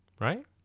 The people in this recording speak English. right